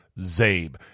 zabe